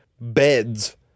beds